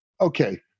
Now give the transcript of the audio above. okay